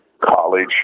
college